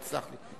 סלח לי.